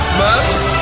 Smurfs